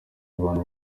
bantu